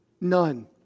None